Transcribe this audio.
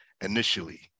initially